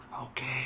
Okay